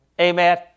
Amen